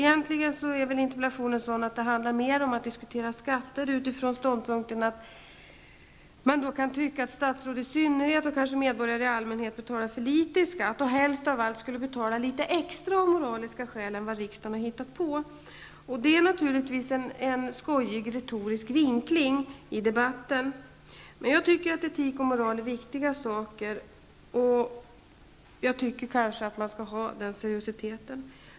Interpellationen handlar mera om att man kan föra en diskussion om att medborgare i allmänhet och statsråd i synnerhet betalar för litet i skatt och helst av allt av moraliska skäl skulle betala litet extra utöver det som riksdagen har hittat på. Det är naturligtvis en skojig retorisk vinkling i debatten. Jag tycker emellertid att etik och moral är viktiga frågor och att man skall vara seriös.